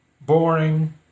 boring